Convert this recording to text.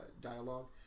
dialogue